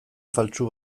faltsu